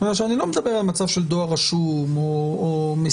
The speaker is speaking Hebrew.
אני לא מדבר על מצב של דואר רשום או מסירה,